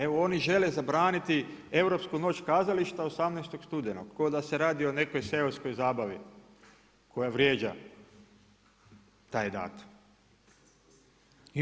Evo oni žele zabraniti europsku Noć kazališta 18. studenog ko da se radi o nekoj seoskoj zabavi koja vrijeđa taj datum.